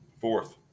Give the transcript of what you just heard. fourth